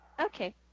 Okay